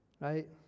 right